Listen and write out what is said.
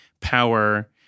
power